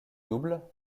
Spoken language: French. double